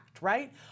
right